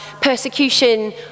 persecution